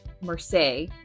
Marseille